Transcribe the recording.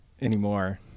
anymore